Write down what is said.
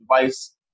device